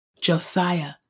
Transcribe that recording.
Josiah